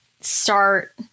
start